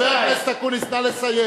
חבר הכנסת אקוניס, נא לסיים.